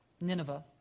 Nineveh